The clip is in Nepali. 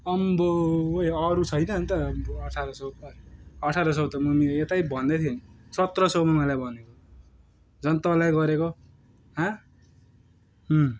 अम्बो ओइ अरू छैन अन्त अठार सय त अठार सय त यतै भन्देथ्यो नि सत्र सय मलाई भनेको झन् तँलाई गरेको हँ अँ